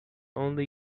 only